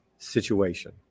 situation